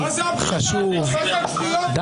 חשוב --- מה זה --- מה השטויות האלה?